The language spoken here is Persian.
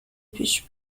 پیش